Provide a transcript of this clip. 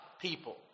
people